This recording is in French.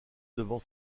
devant